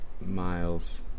Miles